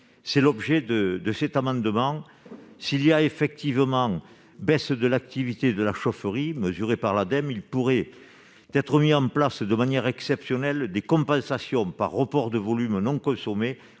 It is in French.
Tel l'objet de cet amendement. S'il y a effectivement baisse de l'activité de la chaufferie, mesurée par l'Ademe, il pourrait être mis en place, de manière exceptionnelle, des compensations par report de volumes non consommés